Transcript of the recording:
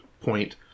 point